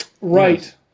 Right